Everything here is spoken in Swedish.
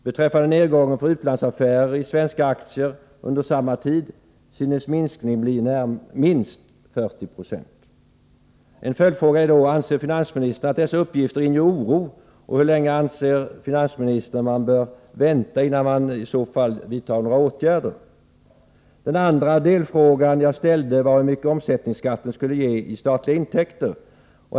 Beträffande nedgången i utlandsaffärerna avseende svenska aktier under samma tid synes minskningen bli minst 40 90. Mina följdfrågor blir då: Anser finansministern att dessa uppgifter inger oro? Hur länge bör man enligt finansministerns uppfattning i så fall vänta, innan man vidtar några åtgärder? Det andra avsnittet som jag berörde gällde hur mycket omsättningsskatten skulle ge i statliga intäkter.